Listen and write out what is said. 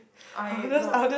I not